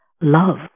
love